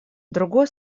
другое